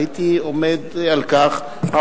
הייתי עומד על כך,